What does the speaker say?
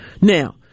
Now